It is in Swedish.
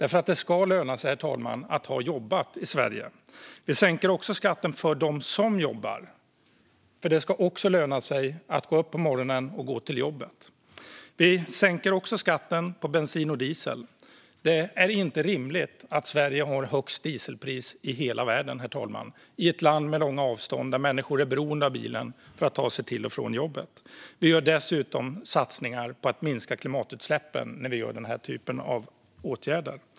Det ska löna sig, herr talman, att ha jobbat i Sverige. Vi sänker också skatten för dem som jobbar eftersom det också ska löna sig att gå upp på morgonen och gå till jobbet. Vi sänker även skatten på bensin och diesel. Det är inte rimligt att Sverige har högst dieselpris i hela världen i ett land med långa avstånd, där människor är beroende av bilen för att ta sig till och från jobbet. Vi gör dessutom satsningar på att minska klimatutsläppen när vi vidtar den typen av åtgärder.